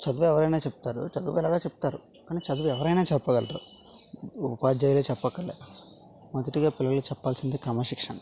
చదువు ఎవరైనా చెప్తారు చదువు కునేలాగా చెప్తారు కానీ చదువు ఎవరైనా చెప్పగలరు ఉపాధ్యాయులు చెప్పకర్లేదు మొదటిగా పిల్లలకు చెప్పాల్సింది క్రమశిక్షణ